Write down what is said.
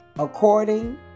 According